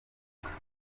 kibuga